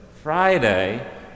Friday